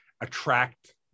attract